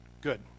good